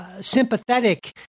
sympathetic